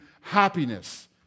happiness